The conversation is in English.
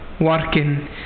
working